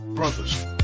Brothers